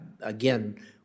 again